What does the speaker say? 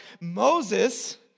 Moses